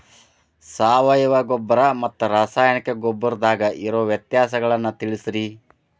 ಸಾವಯವ ಗೊಬ್ಬರ ಮತ್ತ ರಾಸಾಯನಿಕ ಗೊಬ್ಬರದಾಗ ಇರೋ ವ್ಯತ್ಯಾಸಗಳನ್ನ ತಿಳಸ್ರಿ